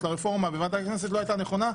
לרפורמה בוועדת הכנסת לא הייתה נכונה,